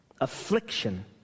Affliction